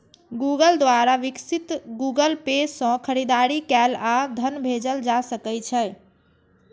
Google द्वारा विकसित Google pay सं खरीदारी कैल आ धन भेजल जा सकै छै